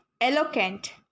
eloquent